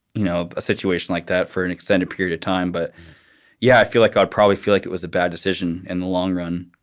you know, a situation like that for an extended period of time. but yeah, i feel like i'd probably feel like it was a bad decision in the long run.